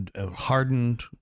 hardened